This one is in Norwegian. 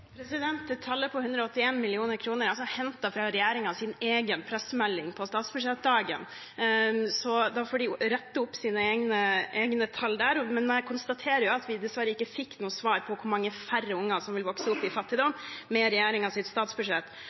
egen pressemelding på statsbudsjettdagen, så da får de rette opp sine egne tall der. Men jeg konstaterer at vi dessverre ikke fikk noe svar på hvor mange færre barn som vil vokse opp i fattigdom med regjeringens statsbudsjett.